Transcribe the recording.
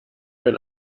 wenn